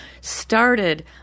started